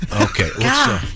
Okay